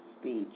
speech